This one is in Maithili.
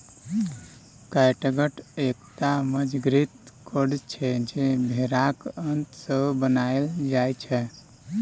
कैटगत एकटा मजगूत कोर्ड छै जे भेराक आंत सँ बनाएल जाइ छै